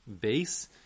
base